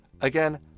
Again